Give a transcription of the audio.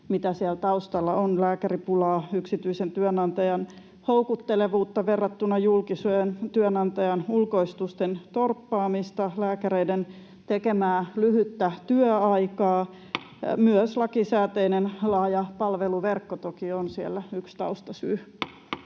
mitä siellä taustalla on: lääkäripulaa, yksityisen työnantajan houkuttelevuutta verrattuna julkiseen työnantajaan, ulkoistusten torppaamista, lääkäreiden tekemää lyhyttä työaikaa. Myös lakisääteinen laaja palveluverkko toki on siellä yksi taustasyy.